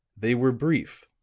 they were brief,